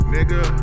Nigga